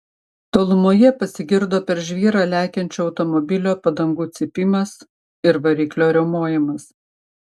tolumoje pasigirdo per žvyrą lekiančio automobilio padangų cypimas ir variklio riaumojimas